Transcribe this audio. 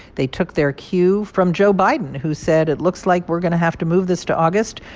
they took their cue from joe biden, who said it looks like we're going to have to move this to august.